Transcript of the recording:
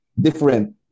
different